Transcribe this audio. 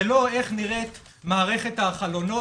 זה לא איך נראית מערכת החלונות,